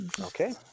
okay